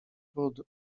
brudu